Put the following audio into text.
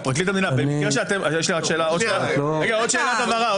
פרקליט המדינה, יש לי עוד שאלת הבהרה.